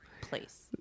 place